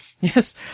Yes